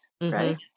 right